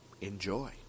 enjoy